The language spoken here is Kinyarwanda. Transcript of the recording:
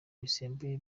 bisembuye